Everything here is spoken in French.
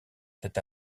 cet